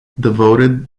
devoted